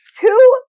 Two